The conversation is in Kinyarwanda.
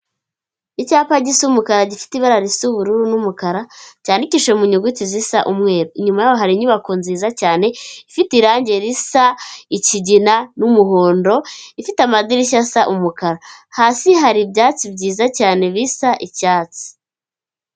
Icyapa gisi umukara gifite ibara risa ubururu n'umukara cyandikishije mu nyuguti zisa umweru. Inyuma yaho hari inyubako nziza cyane ifite irange risa ikigina n'umuhondo, ifite amadirishya asa umukara. Hasi hari ibyatsi byiza cyane bisa icyatsi.